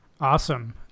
Awesome